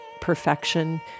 perfection